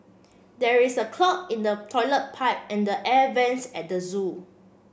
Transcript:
there is a clog in the toilet pipe and the air vents at the zoo